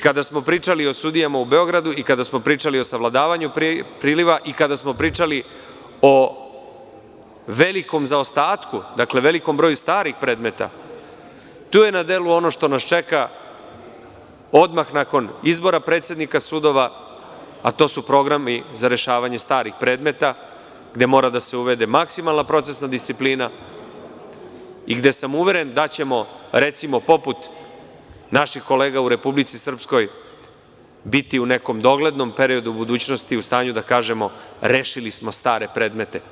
Kada smo pričali o sudijama u Beogradu i sagledavanju priliva i pričali o velikom zaostatku, velikom broju starih predmete, tu je na delu ono što nas čeka odmah nakon izbora predsednika sudova, a to su programi za rešavanje starih predmeta, gde mora da se uvede maksimalna procesna disciplina i gde sam uveren da ćemo poput naših kolega u Republici Srpskoj biti u nekom doglednom periodu, u budućnosti u stanju da kažemo da smo rešili stare predmete.